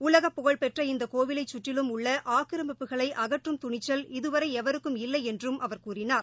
உலகப் புகழ்பெற்ற இந்தக் கோவிலைச் கற்றிலும் உள்ள ஆக்கிரமிப்புகளை அகற்றும் துணிச்சல் இதுவரை எவருக்கும் இல்லையென்றும் அவர் கூறினார்